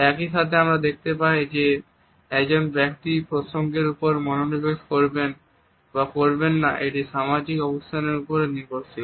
একই সাথে আমরা দেখতে পাই যে একজন ব্যক্তি প্রসঙ্গের ওপর মনোনিবেশ করবেন বা করবেন না এটি সামাজিক অবস্থানের উপরেও নির্ভরশীল